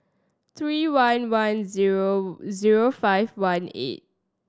three one one zero zero five one eight